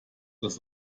das